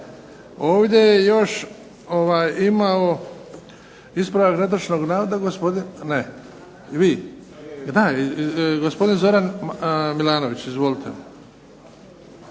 Ovdje još imamo ispravak netočnog navoda, ne. Vi? Gospodin Zoran MIlanović, izvolite.